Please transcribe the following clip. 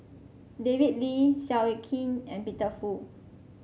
David Lee Seow Yit Kin and Peter Fu